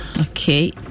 okay